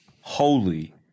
holy